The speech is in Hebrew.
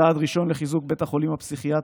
צעד ראשון לחיזוק בית החולים הפסיכיאטרי,